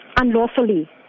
unlawfully